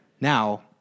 Now